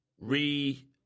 re